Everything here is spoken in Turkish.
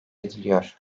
ediliyor